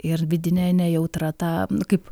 ir vidine nejautra tą nu kaip